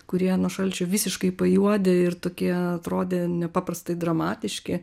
kurie nuo šalčio visiškai pajuodę ir tokie atrodė nepaprastai dramatiški